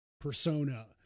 persona